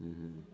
mmhmm